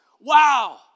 Wow